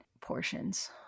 portions